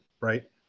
right